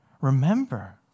Remember